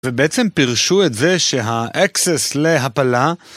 ובעצם פירשו את זה שה-access להפלה